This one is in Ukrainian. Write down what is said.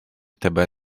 тебе